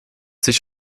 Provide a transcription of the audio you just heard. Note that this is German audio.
sich